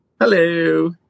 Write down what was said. Hello